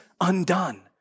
undone